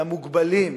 למוגבלים.